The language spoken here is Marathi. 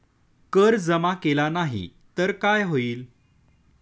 कर जमा केला नाही तर काय होईल?